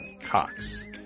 Cox